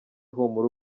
humura